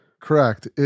Correct